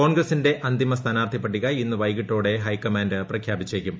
കോൺഗ്രസിന്റെ അന്തിമ സ്ഥാനാർത്ഥി പട്ടിക ഇന്ന് വൈകിട്ടോടെ ഹൈക്കമാൻഡ് പ്രഖ്യാപിച്ചേക്കും